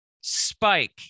Spike